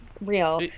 real